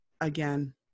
again